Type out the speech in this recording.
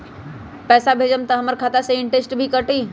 पैसा भेजम त हमर खाता से इनटेशट भी कटी?